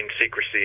secrecy